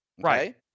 Right